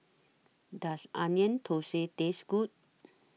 Does Onion Thosai Taste Good